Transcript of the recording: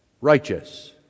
righteous